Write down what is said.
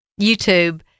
YouTube